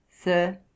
Sir